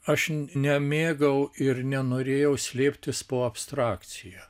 aš nemėgau ir nenorėjau slėptis po abstrakcija